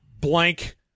blank